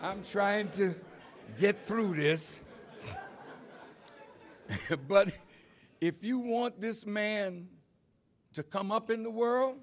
i'm trying to get through this but if you want this man to come up in the world